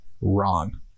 wrong